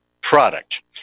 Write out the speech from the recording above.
product